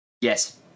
Yes